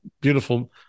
beautiful